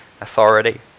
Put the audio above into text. authority